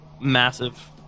massive